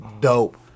dope